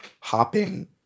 hopping